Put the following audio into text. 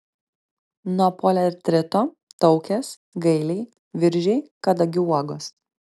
nuo poliartrito taukės gailiai viržiai kadagių uogos